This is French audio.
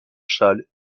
charles